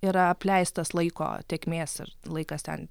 yra apleistas laiko tėkmės ir laikas ten